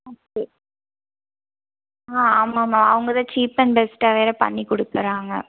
okay ஆ ஆமாமா அவங்க தான் சீப் அண்ட் பெஸ்ட்டாக வேறு பண்ணிக் கொடுக்குறாங்க